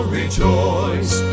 rejoice